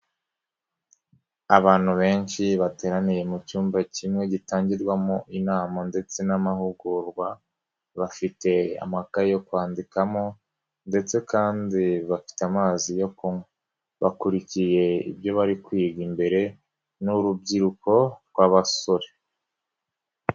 Abantu benshi bateraniye mu cyumba kimwe gitangirwamo inama ndetse n'amahugurwa, bafite amakaye yo kwandikamo ndetse kandi bafite amazi yo kunywa. Bakurikiye ibyo bari kwiga imbere, ni urubyiruko rw'abasore.